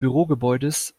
bürogebäudes